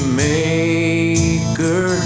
maker